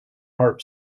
harp